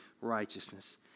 righteousness